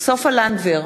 סופה לנדבר,